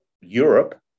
Europe